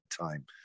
time